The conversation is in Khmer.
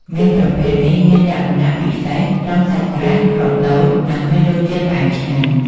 មៀនប្រភេទនេះមានលក្ខណៈពិសេសត្រង់សាច់ក្រាស់ គ្រាប់តូច និងមានរសជាតិផ្អែមឆ្ងាញ់។